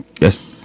yes